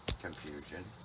confusion